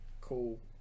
cool